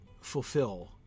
fulfill